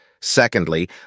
Secondly